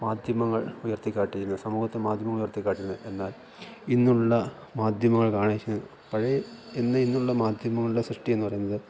മാധ്യമങ്ങൾ ഉയർത്തിക്കാട്ടിയിരുന്ന സമൂഹത്തെ മാധ്യമങ്ങൾ ഉയർത്തിക്കാട്ടിയിരുന്ന എന്നാൽ ഇന്നുള്ള മാധ്യമങ്ങൾ കാണിക്കുന്ന പഴയ എന്ന് ഇന്നുള്ള മാധ്യമങ്ങളുടെ സൃഷ്ടി എന്നു പറയുന്നത്